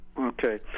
okay